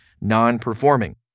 non-performing